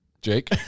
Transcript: Jake